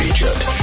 Egypt